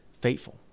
faithful